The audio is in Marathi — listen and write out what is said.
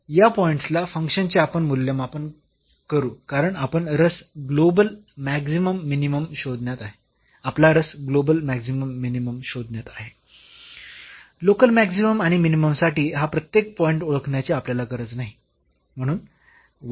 तर येथे या पॉईंट्स ला फंक्शन चे आपण मूल्यमापन करू कारण आपला रस ग्लोबल मॅक्सिमम मिनिमम शोधण्यात आहे लोकल मॅक्सिमम किंवा मिनिमम साठी हा प्रत्येक पॉईंट ओळखण्याची आपल्याला गरज नाही